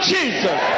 Jesus